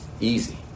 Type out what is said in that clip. easy